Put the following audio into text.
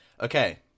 Okay